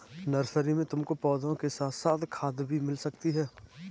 nursery में तुमको पौधों के साथ साथ खाद भी मिल सकती है